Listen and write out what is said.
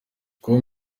com